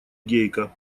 гейка